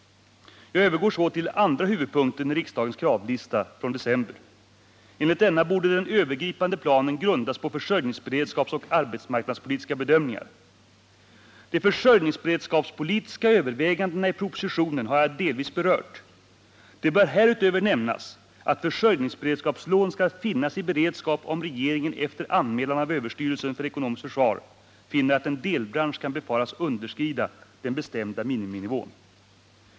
Jag övergår så till den andra huvudpunkten i riksdagens ”kravlista” från december. Enligt denna borde den övergripande planen grundas på försörjningsberedskapsoch arbetsmarknadspolitiska bedömningar. De försörjningsberedskapspolitiska övervägandena i propositionen har jag delvis berört. Det bör härutöver nämnas att försörjningsberedskapslån skall finnas i beredskap, om regeringen efter anmälan av överstyrelsen för ekonomiskt försvar finner att en delbransch kan befaras underskrida den bestämda miniminivån.